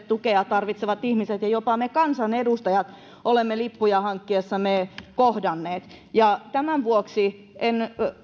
tukea tarvitsevat ihmiset ja jopa me kansanedustajat olemme lippuja hankkiessamme kohdanneet tämän vuoksi en